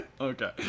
Okay